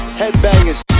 headbangers